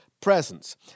presence